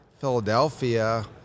Philadelphia